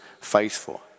faithful